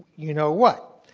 you know what.